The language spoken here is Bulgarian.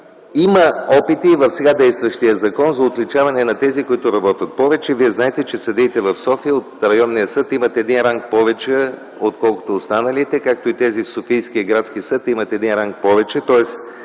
Има опити и в сега действащия закон за отличаване на тези, които работят повече. Вие знаете, че съдиите в София, от Районния съд, имат един ранг повече отколкото останалите, както и тези от Софийския градски съд имат един ранг повече,